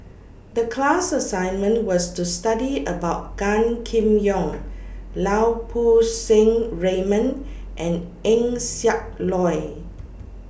The class assignment was to study about Gan Kim Yong Lau Poo Seng Raymond and Eng Siak Loy